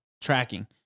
tracking